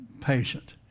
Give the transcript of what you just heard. Patient